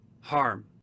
harm